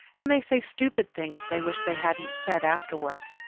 and they say stupid things they wish they hadn't said afterward.